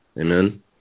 Amen